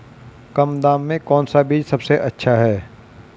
कम दाम में कौन सा बीज सबसे अच्छा है?